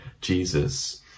Jesus